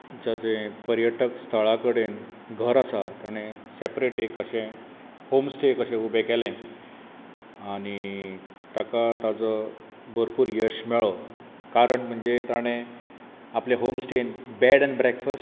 जाचें पर्यटक स्थळा कडेन घर आसा ताणें सॅपरेट एक अशें होम स्टे कशें उबें केलें आनी ताका ताजो भरपूर यश मेळ्ळो कारण म्हणजे ताणें आपल्या होम स्टेन ब्रॅड एन ब्रॅकफस्ट